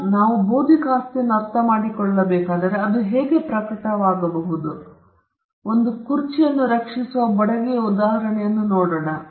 ಈಗ ನಾವು ಬೌದ್ಧಿಕ ಆಸ್ತಿಯನ್ನು ಅರ್ಥಮಾಡಿಕೊಳ್ಳಬೇಕಾದರೆ ಅದು ಹೇಗೆ ಪ್ರಕಟವಾಗಬಹುದು ಕುರ್ಚಿಯನ್ನು ರಚಿಸುವ ಬಡಗಿಯ ಉದಾಹರಣೆಯನ್ನು ನಾವು ಹೊಂದಬಹುದು